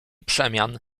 przemian